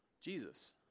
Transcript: Jesus